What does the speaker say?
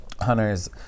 Hunter's